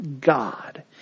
God